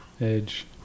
Edge